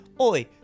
Oi